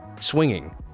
swinging